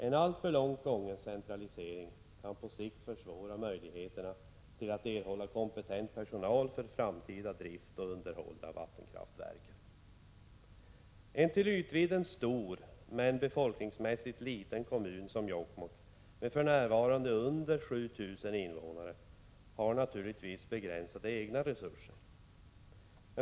En alltför långt gången centralisering kan på sikt försvåra möjligheterna till att erhålla kompetent personal för framtida drift och underhåll av vattenkraftverken. En till ytvidden stor, men befolkningsmässigt liten kommun som Jokkmokk med för närvarande under 7 000 invånare har naturligtvis begränsade egna resurser.